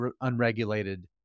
unregulated